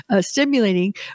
stimulating